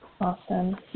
Awesome